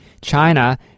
China